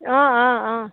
অঁ অঁ অঁ